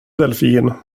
delfin